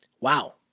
wow